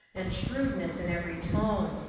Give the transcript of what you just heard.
and shrewdness in every tone.